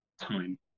time